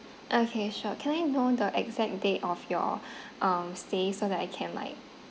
okay sure can I know the exact date of your um stay so that I can like